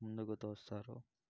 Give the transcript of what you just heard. ముందుకు తోస్తారు